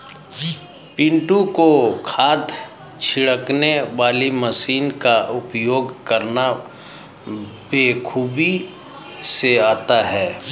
पिंटू को खाद छिड़कने वाली मशीन का उपयोग करना बेखूबी से आता है